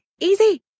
Easy